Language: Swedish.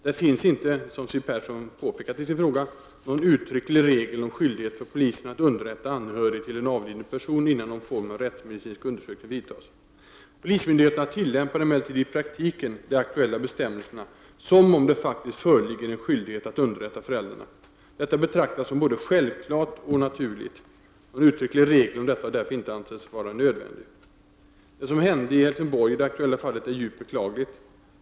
Det finns inte, som Siw Persson påpekat i sin fråga, någon uttrycklig regel om skyldighet för polisen att underrätta anhörig till en avliden person innan någon form av rättsmedicinsk undersökning vidtas. Polismyndigheterna tillämpar emellertid i praktiken de aktuella bestämmelserna som om det faktiskt föreligger en skyldighet att underrätta föräldrarna. Detta betraktas som både självklart och naturligt. Någon uttrycklig regel om detta har därför inte ansetts vara nödvändig. Det som hände i Helsinborg i det aktuella fallet är djupt beklagligt.